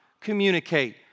communicate